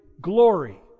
glory